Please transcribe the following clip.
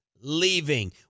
leaving